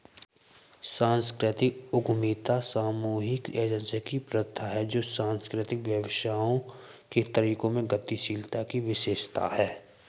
सांस्कृतिक उद्यमिता सामूहिक एजेंसी की प्रथा है जो सांस्कृतिक व्यवसायों के तरीकों में गतिशीलता की विशेषता है